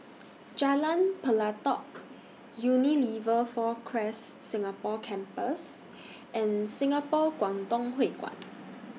Jalan Pelatok Unilever four Acres Singapore Campus and Singapore Kwangtung Hui Kuan